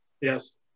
Yes